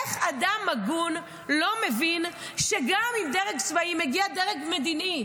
איך אדם הגון לא מבין שעם דרג צבאי מגיע גם דרג מדיני?